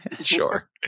sure